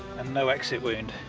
and no exit wound.